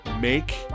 make